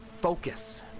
Focus